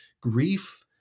grief